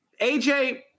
AJ